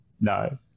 No